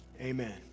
Amen